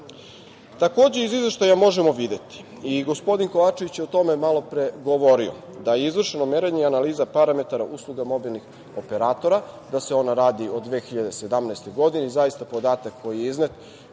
iz izveštaja možemo videti i gospodin Kovačević je o tome malo pre govorio da je izvršeno merenje i analiza parametara usluga mobilnih operatora, da se ona radi od 2017. godine. Zaista, podatak koji je iznet